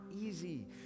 easy